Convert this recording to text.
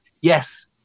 Yes